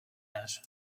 âge